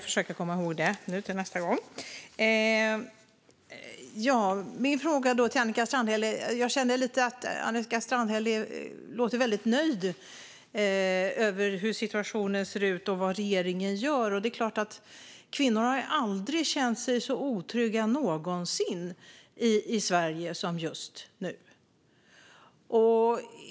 Fru talman! Annika Strandhäll låter väldigt nöjd med situationen och med vad regeringen gör. Men kvinnor har aldrig någonsin känt sig så otrygga i Sverige som nu.